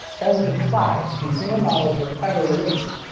only five consumer models were ever released.